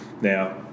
now